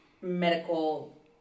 medical